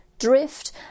drift